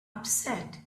upset